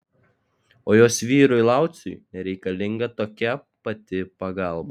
o jos vyrui lauciui reikalinga tokia pati pagalba